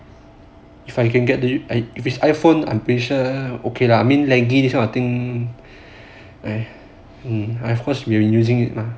if I can get the i~ if its iphone I'm pretty sure okay lah I mean laggy this kind of thing of course I prefer using it lah